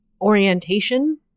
orientation